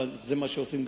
וזה מה שעושים,